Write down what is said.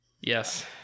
yes